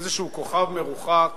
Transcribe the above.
מאיזה כוכב מרוחק